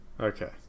Okay